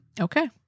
Okay